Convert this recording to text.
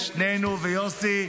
שנינו ויוסי,